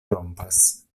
rompas